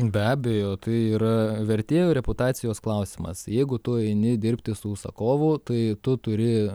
be abejo tai yra vertėjo reputacijos klausimas jeigu tu eini dirbti su užsakovu tai tu turi